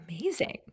Amazing